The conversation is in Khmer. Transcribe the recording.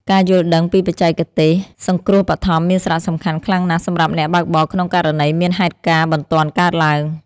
ការយល់ដឹងពីបច្ចេកទេសសង្គ្រោះបឋមមានសារៈសំខាន់ខ្លាំងណាស់សម្រាប់អ្នកបើកបរក្នុងករណីមានហេតុការណ៍បន្ទាន់កើតឡើង។